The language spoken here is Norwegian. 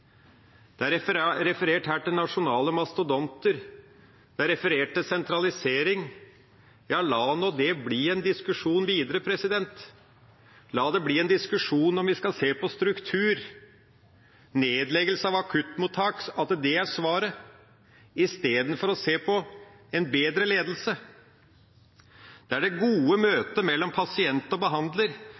detaljstyring. Det er referert her til nasjonale mastodonter, det er referert til sentralisering. Ja, la nå det bli en diskusjon videre, la det bli en diskusjon om vi skal se på struktur, om nedleggelse av akuttmottak er svaret istedenfor å se på en bedre ledelse. Det er det gode møtet mellom pasient og behandler